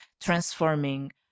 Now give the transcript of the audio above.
transforming